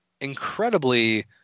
incredibly